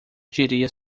diria